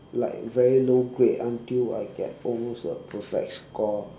like very low grade until I get almost a perfect score